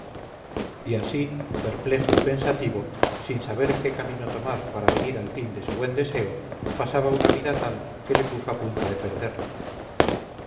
y así perplejo y pensativo sin saber qué camino tomar para venir al fin de su buen deseo pasaba una vida tal que le puso a punto de perderla